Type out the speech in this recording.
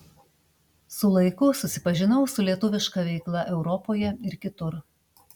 su laiku susipažinau su lietuviška veikla europoje ir kitur